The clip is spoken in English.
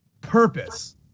purpose